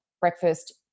breakfast